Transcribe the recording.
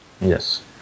Yes